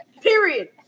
Period